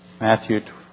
Matthew